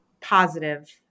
positive